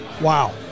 wow